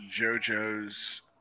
JoJo's